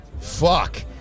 Fuck